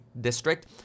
district